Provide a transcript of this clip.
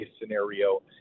scenario